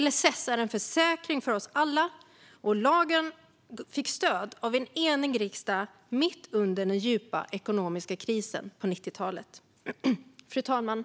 LSS är en försäkring för oss alla, och lagen fick stöd av en enig riksdag mitt under den djupa ekonomiska krisen på 1990-talet. Fru talman!